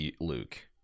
luke